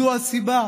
זו הסיבה.